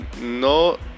No